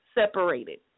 separated